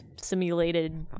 simulated